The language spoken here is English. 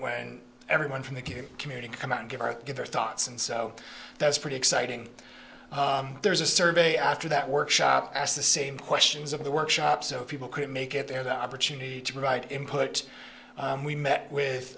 when everyone from the community come out and give our give our thoughts and so that's pretty exciting there's a survey after that workshop asked the same questions of the workshop so people could make it there the opportunity to provide input we met with